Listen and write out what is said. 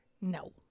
No